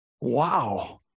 Wow